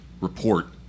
report